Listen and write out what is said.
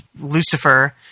Lucifer